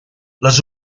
les